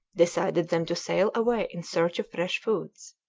decided them to sail away in search of fresh foods.